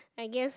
I guess